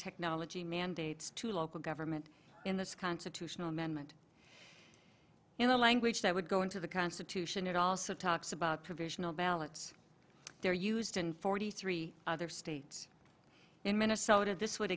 technology mandates to local government in this constitutional amendment in the language that would go into the constitution it also talks about provisional ballots they're used in forty three other states in minnesota this would